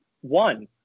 one